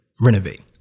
renovate